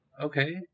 Okay